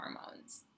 hormones